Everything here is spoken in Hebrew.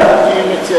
אני מציע,